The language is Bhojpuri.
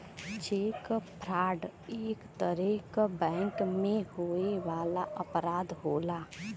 चेक फ्रॉड एक तरे क बैंक में होए वाला अपराध होला